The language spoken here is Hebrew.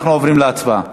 אנחנו עוברים להצבעה.